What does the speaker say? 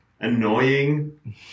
annoying